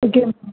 okay ma'am